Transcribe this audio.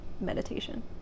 meditation